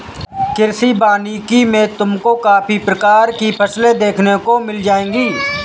कृषि वानिकी में तुमको काफी प्रकार की फसलें देखने को मिल जाएंगी